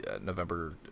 November